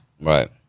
Right